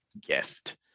gift